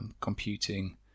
computing